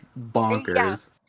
bonkers